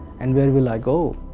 and where will i go?